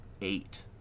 eight